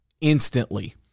instantly